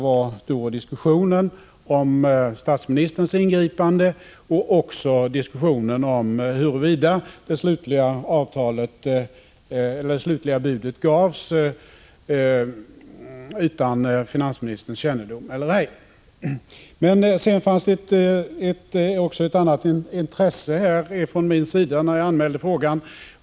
Jag tänker då på diskussionen om statsministerns ingripande och om huruvida det slutliga budet gavs utan finansministerns kännedom eller ej. Det fanns emellertid också ett annat intresse från min sida när jag anmälde frågan.